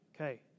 Okay